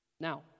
Now